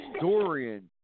Dorian